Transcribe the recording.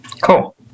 Cool